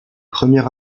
premier